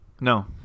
No